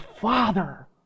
Father